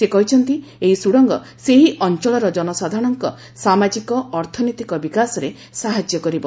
ସେ କହିଛନ୍ତି ଏହି ସୁଡ଼ଙ୍ଗ ସେହି ଅଞ୍ଚଳର ଜନସାଧାରଣଙ୍କ ସାମାଜିକ ଅର୍ଥନୈତିକ ବିକାଶରେ ସାହାଯ୍ୟ କରିବ